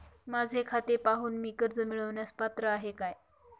माझे खाते पाहून मी कर्ज मिळवण्यास पात्र आहे काय?